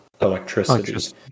electricity